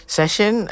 session